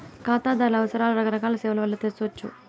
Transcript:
కాతాదార్ల అవసరాలు రకరకాల సేవల్ల వల్ల తెర్సొచ్చు